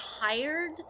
tired